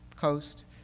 coast